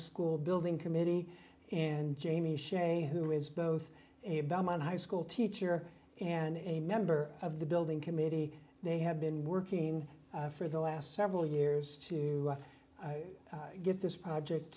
school building committee and jamie shea who is both a belmont high school teacher and a member of the building committee they have been working for the last several years to get this project